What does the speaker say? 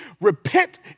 Repent